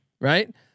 right